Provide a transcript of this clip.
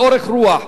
באורך רוח,